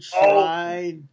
tried